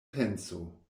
penso